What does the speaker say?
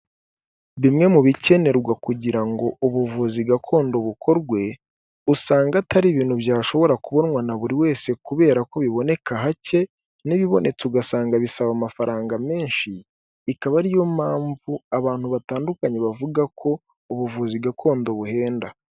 Bimwe mu bikenerwa kugira ngo ubuvuzi gakondo bukorwe, usanga atari ibintu byashobora kubonwa na buri wese kubera ko biboneka hake, n'ibibonetse ugasanga bisaba amafaranga menshi, ikaba ari yo mpamvu abantu batandukanye bavuga ko ubuvuzi gakondo buhenda.